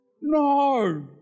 no